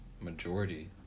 majority